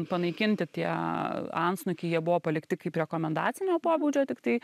panaikinti tie antsnukiai jie buvo palikti kaip rekomendacinio pobūdžio tiktai